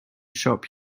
shop